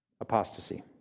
Apostasy